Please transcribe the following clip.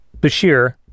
Bashir